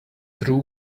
true